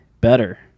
better